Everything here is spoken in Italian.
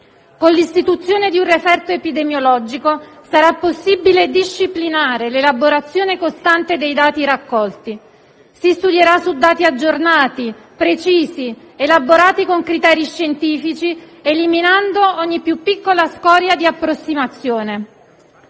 Con l'istituzione di un referto epidemiologico sarà possibile disciplinare l'elaborazione costante dei dati raccolti; si studierà su dati aggiornati, precisi ed elaborati con criteri scientifici, eliminando ogni più piccola scoria di approssimazione.